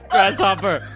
Grasshopper